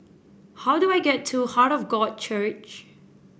how do I get to Heart of God Church